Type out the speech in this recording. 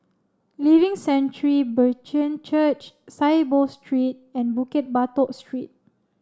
Living Sanctuary Brethren Church Saiboo Street and Bukit Batok Street